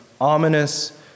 ominous